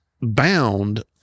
bound